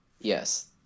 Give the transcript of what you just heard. Yes